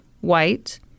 White